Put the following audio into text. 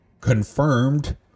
confirmed